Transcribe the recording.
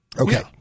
Okay